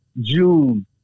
June